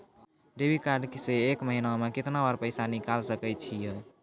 Debit card से एक महीना मा केतना बार पैसा निकल सकै छि हो?